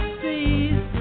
seas